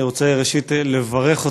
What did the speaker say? אני רוצה, ראשית, לברך אותך,